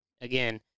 Again